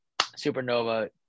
Supernova